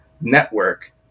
network